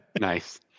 Nice